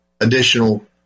additional